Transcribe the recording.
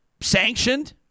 sanctioned